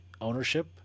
ownership